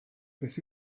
beth